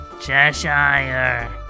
Cheshire